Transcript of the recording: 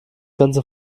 ganze